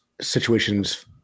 situations